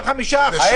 35% לא עברו.